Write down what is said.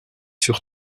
sur